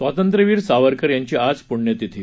स्वांतंत्र्यवीर सावरकर यांची आज पुण्यतिथी